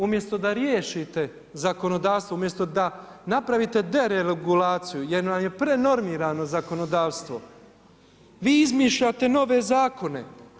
Umjesto da riješite zakonodavstvo, umjesto da napravite deregulaciju jer nam je prenormirano zakonodavstvo vi izmišljate nove zakone.